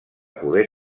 poder